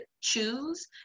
choose